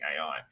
AI